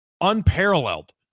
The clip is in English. unparalleled